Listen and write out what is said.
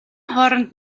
хооронд